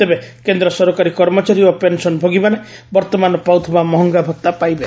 ତେବେ କେନ୍ଦ୍ର ସରକାରୀ କର୍ମଚାରୀ ଓ ପେନସନଭୋଗୀମାନେ ବର୍ତ୍ତମାନ ପାଉଥିବା ମହଙ୍ଗାଭତ୍ତା ପାଇବେ